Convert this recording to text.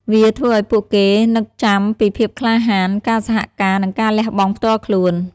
វាធ្វើឲ្យពួកគេនឹកចាំពីភាពក្លាហាន ការសហការ និងការលះបង់ផ្ទាល់ខ្លួន។